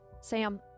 sam